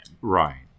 Right